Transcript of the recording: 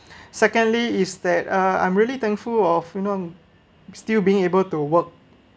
secondly is that uh I'm really thankful of you know still being able to work